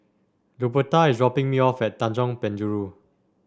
Luberta is dropping me off at Tanjong Penjuru